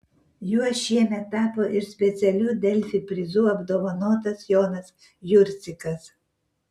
juo šiemet tapo ir specialiu delfi prizu apdovanotas jonas jurcikas